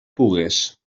pugues